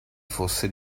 fosse